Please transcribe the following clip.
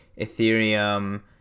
Ethereum